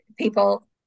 People